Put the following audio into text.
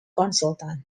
consultant